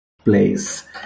Place